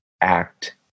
act